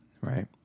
Right